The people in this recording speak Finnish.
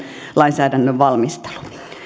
lainsäädännön valmistelu